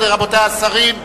רבותי השרים,